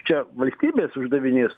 čia valstybės uždavinys